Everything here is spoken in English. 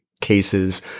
cases